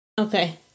okay